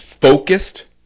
focused